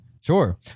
Sure